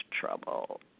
trouble